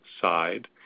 side